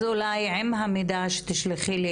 אז אולי עם המידע שתשלחי לי,